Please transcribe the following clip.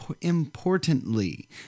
importantly